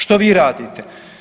Što vi radite?